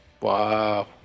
Wow